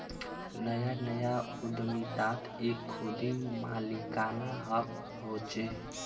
नया नया उद्दमितात एक खुदी मालिकाना हक़ होचे